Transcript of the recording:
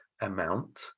amount